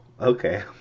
okay